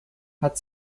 hat